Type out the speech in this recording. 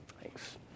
Thanks